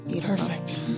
perfect